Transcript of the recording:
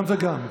גם וגם.